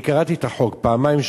אני קראתי את החוק פעמיים,